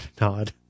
nod